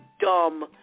dumb